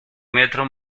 metro